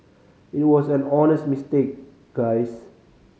it was an honest mistake guys